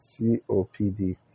COPD